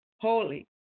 holy